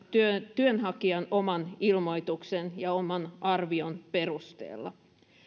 työnhakijan oman ilmoituksen ja oman arvion perusteella